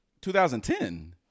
2010